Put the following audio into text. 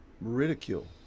ridicule